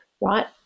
right